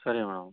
ಸರಿ ಮೇಡಮ್